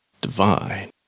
divine